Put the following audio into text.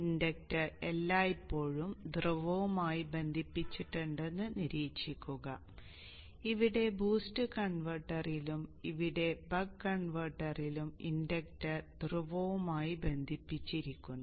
inductor എല്ലായ്പ്പോഴും ധ്രുവവുമായി ബന്ധിപ്പിച്ചിട്ടുണ്ടെന്ന് നിരീക്ഷിക്കുക ഇവിടെ ബൂസ്റ്റ് കൺവെർട്ടറിലും ഇവിടെ ബക്ക് കൺവെർട്ടറിലും ഇൻഡക്ടർ ധ്രുവവുമായി ബന്ധിപ്പിച്ചിരിക്കുന്നു